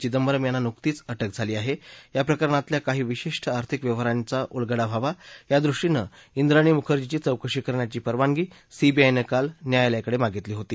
चिंदबरम यांना नुकतीच अटक झाली आहा ब्रा प्रकरणातल्या काही विशिष्ट आर्थिक व्यवहारांचा उलगडा व्हावा या दृष्टीन झिंद्राणी मुखर्जीची चौकशी करण्याची परवानगी सीबीआयनं काल न्यायालयाकड मागितली होती